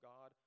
God